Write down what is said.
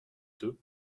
deux